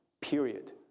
period